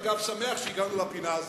אגב, שמח שהגענו לפינה הזאת.